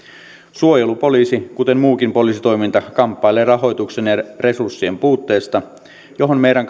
suojelupoliisi kuten muukin poliisitoiminta kamppailee rahoituksen ja resurssien puutteessa johon meidän